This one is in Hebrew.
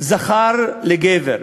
זכר לגבר.